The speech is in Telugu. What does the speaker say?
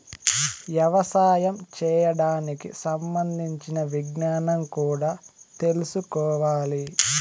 యవసాయం చేయడానికి సంబంధించిన విజ్ఞానం కూడా తెల్సుకోవాలి